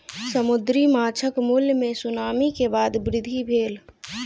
समुद्री माँछक मूल्य मे सुनामी के बाद वृद्धि भेल